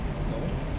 no